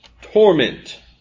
torment